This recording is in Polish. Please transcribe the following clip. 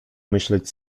myśleć